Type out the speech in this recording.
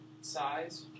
size